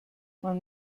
man